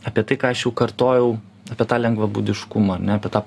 apie tai ką aš jau kartojau apie tą lengvabūdiškumą ane apie tą